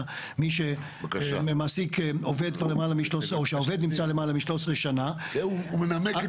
מי שמעסיק עובד למעלה מ-13 שנים או שהעובד נמצא בארץ למעלה מ-13 שנים.